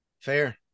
Fair